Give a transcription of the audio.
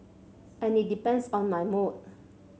and it depends on my mood